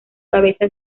cabeza